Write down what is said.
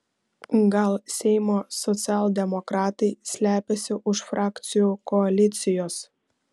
gal seimo socialdemokratai slepiasi už frakcijų koalicijos